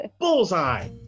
Bullseye